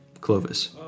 Clovis